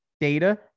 data